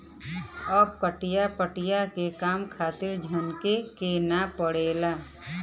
अब कटिया पिटिया के काम खातिर झनके के नाइ पड़ला